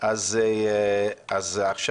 עכשיו